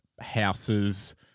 house's